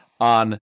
on